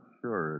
sure